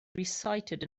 recited